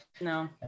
No